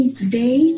today